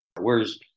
Whereas